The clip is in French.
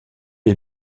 est